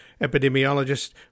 epidemiologist